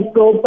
go